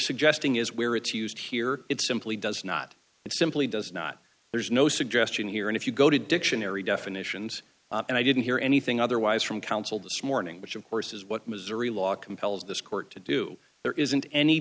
suggesting is where it's used here it simply does not it simply does not there's no suggestion here and if you go to dictionary definitions and i didn't hear anything otherwise from counsel this morning which of course is what missouri law compels this court to do there isn't any